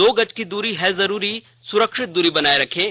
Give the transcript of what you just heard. दो गज की दूरी है जरूरी सुरक्षित दूरी बनाए रखें